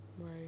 Right